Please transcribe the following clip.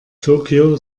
tokyo